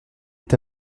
est